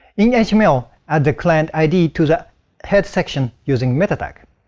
in yeah html, add the client id to the head section using metatag.